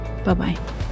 Bye-bye